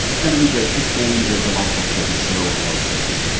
it's going to be great. this game is delightful because it's so low-stakes.